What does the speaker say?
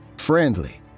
friendly